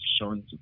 showing